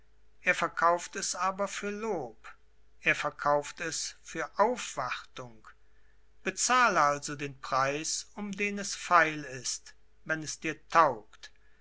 er verkauft es aber für lob er verkauft es für aufwartung bezahle also den preis um den es feil ist wenn es dir taugt